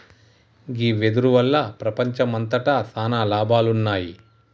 గీ వెదురు వల్ల ప్రపంచంమంతట సాన లాభాలున్నాయి